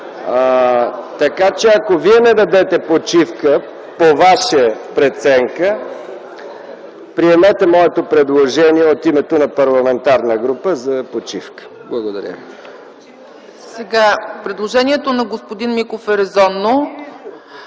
Така че, ако Вие не дадете почивка по Ваша преценка, приемете моето предложение от името на парламентарната група за почивка. Благодаря ви. ПРЕДСЕДАТЕЛ ЦЕЦКА ЦАЧЕВА: Предложението на господин Миков е резонно.